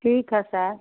ठीक है सर